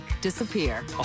disappear